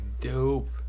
dope